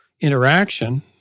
interaction